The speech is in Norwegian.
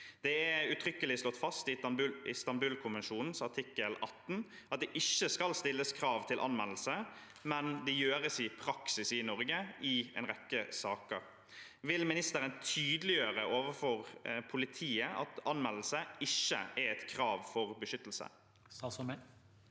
Det er uttrykkelig slått fast i Istanbul-konvensjonens artikkel 18 at det ikke skal stilles krav til anmeldelse, men det gjøres i praksis i Norge i en rekke saker. Vil ministeren tydeliggjøre overfor politiet at anmeldelse ikke er et krav for beskyttelse?